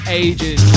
ages